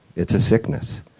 it's a sickness.